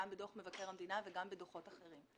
גם בדוח מבקר המדינה וגם בדוחות אחרים.